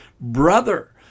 brother